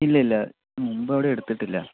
ഇല്ലില്ല മുൻപെവിടേയും എടുത്തിട്ടില്ല